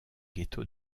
ghetto